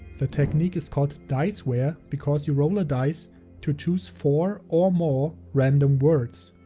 the technique is called diceware because you roll a dice to choose four or more random words.